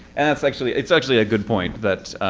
and it's actually it's actually a good point. that